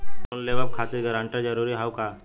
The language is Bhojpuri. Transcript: लोन लेवब खातिर गारंटर जरूरी हाउ का?